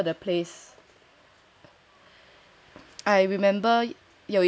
all over the place